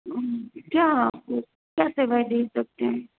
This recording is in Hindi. क्या आपको क्या सेवाएं दे सकते हैं